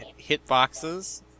hitboxes